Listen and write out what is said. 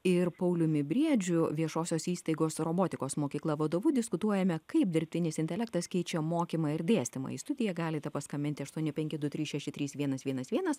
ir pauliumi briedžiu viešosios įstaigos robotikos mokykla vadovu diskutuojame kaip dirbtinis intelektas keičia mokymą ir dėstymą į studiją galite paskambinti aštuoni penki du trys šeši trys vienas vienas vienas